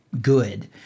good